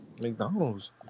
McDonald's